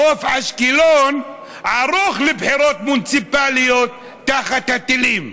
חוף אשקלון ערוך לבחירות מוניציפליות תחת הטילים.